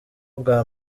bwa